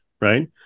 right